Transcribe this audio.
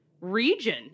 region